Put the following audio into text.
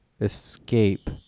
escape